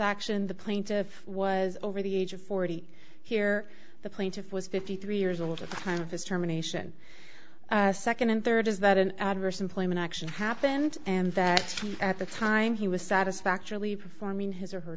action the plaintiff was over the age of forty here the plaintiff was fifty three years old at the time of his germination second and third is that an adverse employment action happened and that at the time he was satisfactorily performing his or her